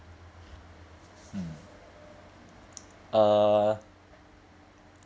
mm uh